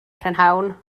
prynhawn